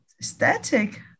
aesthetic